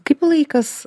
kaip laikas